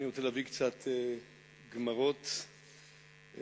אני רוצה להביא קצת גמרות בעניינינו,